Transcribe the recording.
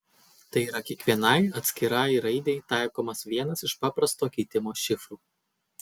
tai yra kiekvienai atskirai raidei taikomas vienas iš paprasto keitimo šifrų